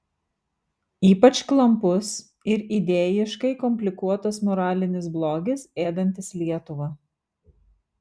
ypač klampus ir idėjiškai komplikuotas moralinis blogis ėdantis lietuvą